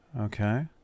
Okay